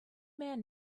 man